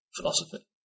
philosophy